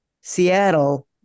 Seattle